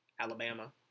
Alabama